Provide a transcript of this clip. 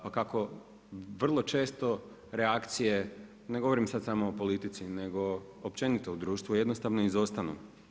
Pa kako vrlo često, reakcije, ne govorim sad samo o politici, nego općenito u društvu jednostavno izostaju.